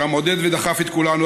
שם עודד ודחף את כולנו,